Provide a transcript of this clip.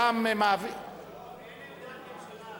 אין עמדת ממשלה.